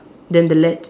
then the ledge